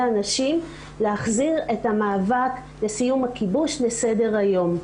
הנשים להחזיר את המאבק לסיום הכיבוש לסדר היום,